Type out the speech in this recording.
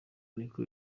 niko